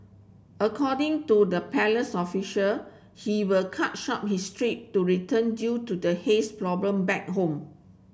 according to the palace official he will cut short his trip to return due to the haze problem back home